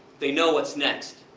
they know what's next.